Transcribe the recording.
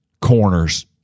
corners